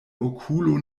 okulo